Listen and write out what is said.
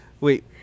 wait